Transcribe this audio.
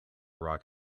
rock